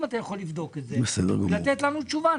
אם אתה יכול לבדוק את זה ולתת לנו תשובה.